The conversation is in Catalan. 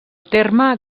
terme